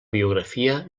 biografia